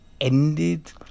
ended